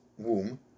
Womb